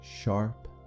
sharp